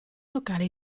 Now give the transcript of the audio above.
locale